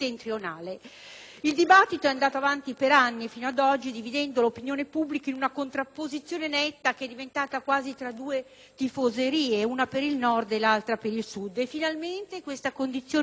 Il dibattito è andato avanti per anni, fino ad oggi, dividendo l'opinione pubblica in una contrapposizione netta che è diventata quasi tra due tifoserie, una per il Nord e l'altra per il Sud.